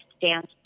dance